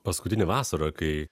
paskutinę vasarą kai